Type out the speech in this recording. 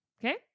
Okay